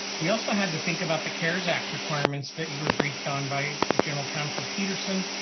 we also had to think about the cares act requirements that you were briefed on by general counsel peterson,